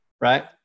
right